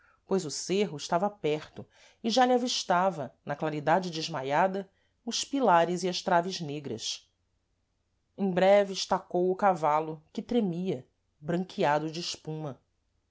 cavaleiro pois o cêrro estava perto e já lhe avistava na claridade desmaiada os pilares e as traves negras em breve estacou o cavalo que tremia branqueado de espuma